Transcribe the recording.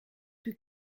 più